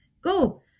Go